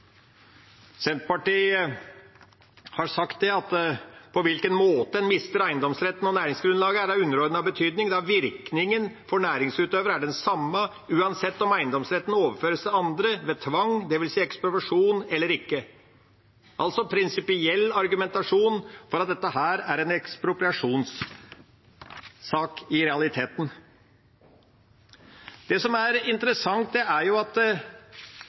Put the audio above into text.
Senterpartiet har sagt at måten en mister eiendomsretten og næringsgrunnlaget på, er av underordnet betydning, da virkningen for næringsutøverne er den samme uansett om eiendomsretten overføres til andre ved tvang, dvs. ekspropriasjon, eller ikke – altså en prinsipiell argumentasjon for at dette i realiteten er en ekspropriasjonssak. Det som er interessant, er at i proposisjonen står det